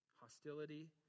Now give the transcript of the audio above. Hostility